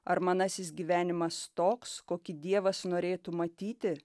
ar manasis gyvenimas toks kokį dievas norėtų matyti